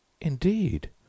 Indeed